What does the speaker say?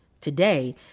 Today